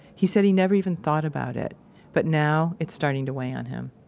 he said he never even thought about it but now it's starting to weigh on him